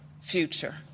future